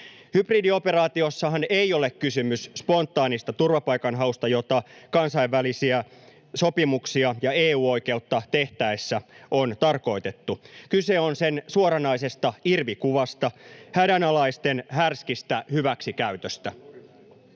Hybridioperaatiossahan ei ole kysymys spontaanista turvapaikanhausta, jota kansainvälisiä sopimuksia ja EU-oikeutta tehtäessä on tarkoitettu. Kyse on sen suoranaisesta irvikuvasta, hädänalaisten härskistä hyväksikäytöstä.